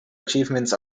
achievements